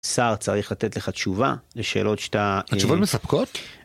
שר צריך לתת לך תשובה לשאלות שאתה, התשובות מספקות?